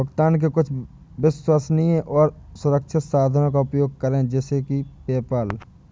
भुगतान के कुछ विश्वसनीय और सुरक्षित साधनों का उपयोग करें जैसे कि पेपैल